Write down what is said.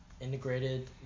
integrated